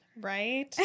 Right